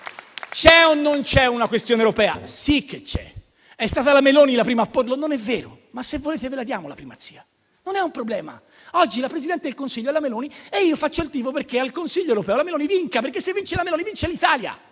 c'è o non c'è una questione europea? Sì che c'è. È stata la Meloni la prima a porla? Non è vero, ma, se volete, ve la diamo la primazia, non è un problema. Oggi Presidente del Consiglio è la Meloni e io faccio il tifo perché al Consiglio europeo la Meloni vinca, perché, se vince lei, vince l'Italia.